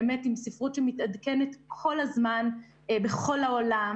באמת עם ספרות שמתעדכנת כל הזמן בכל העולם